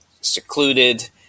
secluded